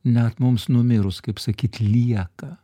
net mums numirus kaip sakyt lieka